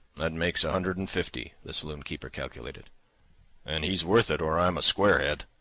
that makes a hundred and fifty, the saloon-keeper calculated and he's worth it, or i'm a squarehead.